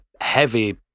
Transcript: heavy